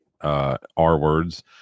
R-words